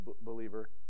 believer